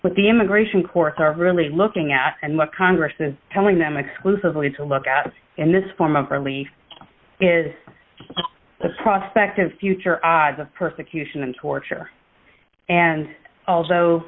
what the immigration courts are really looking at and what congress is telling them exclusively to look at in this form of relief is the prospect of future odds of persecution and torture and although